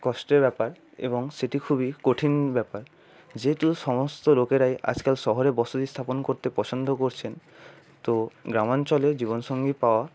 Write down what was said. কষ্টের ব্যাপার এবং সেটি খুবই কঠিন ব্যাপার যেহেতু সমস্ত লোকেরাই আজকাল শহরে বসতি স্থাপন করতে পছন্দ করছেন তো গ্রামাঞ্চলে জীবনসঙ্গী পাওয়া